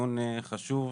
דיון חשוב,